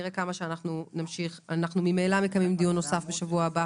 ממילא אנחנו מקיימים דיון נוסף בשבוע הבא